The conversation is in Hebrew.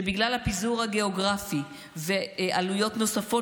שבגלל הפיזור הגיאוגרפי ועלויות נוספות